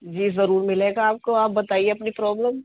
جی ضرور ملے گا آپ کو آپ بتائیے اپنی پرابلم